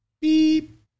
beep